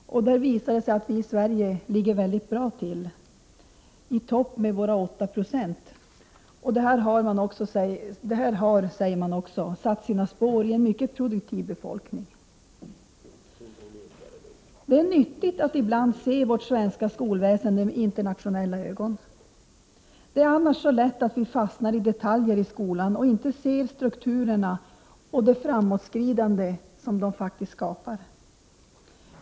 Det visar sig att vi i Sverige ligger i topp med 8 96. Detta har, säger man, satt sina spår i en mycket produktiv befolkning. Det är nyttigt att ibland se på vårt svenska skolväsende med internationella ögon. Det är annars lätt att fastna i detaljer i skolan och inte se strukturerna och det framåtskridande som de faktiskt skapar.